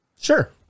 Sure